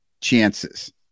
chances